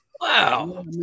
Wow